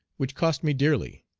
which cost me dearly.